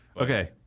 Okay